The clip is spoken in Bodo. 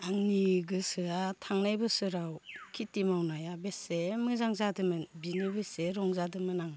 आंनि गोसोआ थांनाय बोसोराव खिथि मावनाया बेसे मोजां जादोमोन बिनो बेसे रंजादोंमोन आं